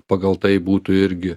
pagal tai būtų irgi